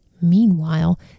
Meanwhile